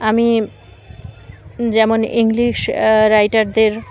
আমি যেমন ইংলিশ রাইটারদের